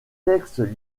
textes